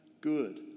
good